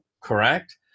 correct